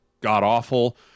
god-awful